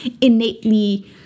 innately